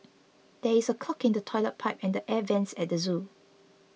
there is a clog in the Toilet Pipe and the Air Vents at the zoo